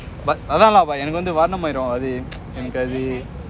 but அதான்பா எனக்கு வந்து வாரணமாயிரம் அது எனக்கு அது:athanpa enakku vanthu varanamayiram athu enakku athu